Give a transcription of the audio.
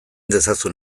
dezazun